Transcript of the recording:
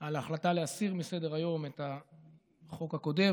על ההחלטה להסיר מסדר-היום את החוק הקודם,